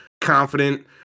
confident